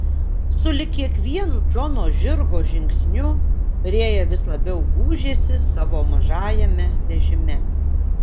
sulig kiekvienu džono žirgo žingsniu rėja vis labiau gūžėsi savo mažajame vežime